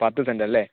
പത്ത് സെൻറ്റല്ലേ